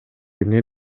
эмне